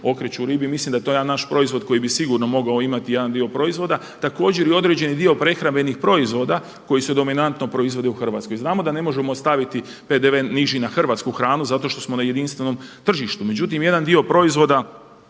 okreću ribi. Mislim da je to jedan naš proizvod koji bi sigurno mogao imat jedan dio proizvoda, također i određeni dio prehrambenih proizvoda koji se dominantno proizvode u Hrvatskoj. Znamo da ne možemo staviti PDV niži na hrvatsku hranu zato što smo na jedinstvenom tržištu, međutim jedan dio proizvoda